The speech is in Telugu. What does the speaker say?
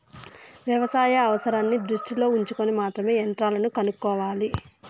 వ్యవసాయ అవసరాన్ని దృష్టిలో ఉంచుకొని మాత్రమే యంత్రాలను కొనుక్కోవాలి